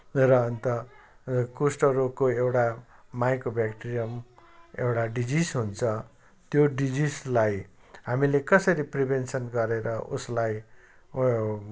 र अन्त कुष्ठरोगको एउटा माइक्रो ब्याक्ट्रियम एउटा डिजिस हुन्छ त्यो डिजिसलाई हामीले कसरी प्रिभेन्सन गरेर उसलाई